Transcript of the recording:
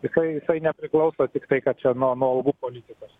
jisai jisai nepriklauso tiktai kad čia nuo nuo algų politikos